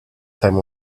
time